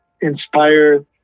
inspire